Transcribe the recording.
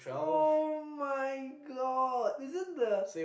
[oh]-my-god isn't the